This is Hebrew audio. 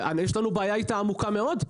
יש לנו איתם בעיה עמוקה מאוד,